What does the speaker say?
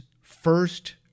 first